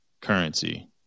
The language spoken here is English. currency